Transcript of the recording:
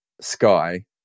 Sky